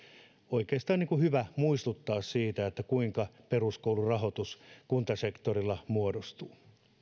oikeastaan hyvä muistuttaa siitä kuinka peruskoulurahoitus kuntasektorilla muodostuu